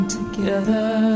together